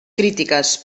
crítiques